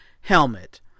helmet